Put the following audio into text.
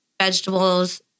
Vegetables